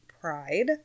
pride